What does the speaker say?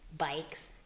bikes